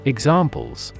Examples